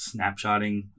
snapshotting